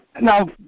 Now